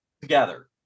together